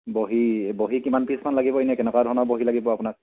বহী বহী কিমান পিচমান লাগিব এনেকুৱা ধৰণৰ বহী লাগিব আপোনাক